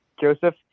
Joseph